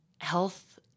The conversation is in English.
health